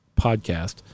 Podcast